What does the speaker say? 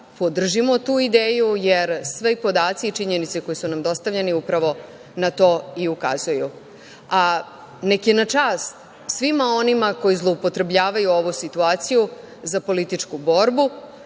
podržimo tu ideju, jer svi podaci i činjenice koje su nam dostavljene upravo na to i ukazuju. Neka je na čast svima onima koji zloupotrebljavaju ovu situaciju za političku borbu.